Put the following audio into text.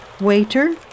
Waiter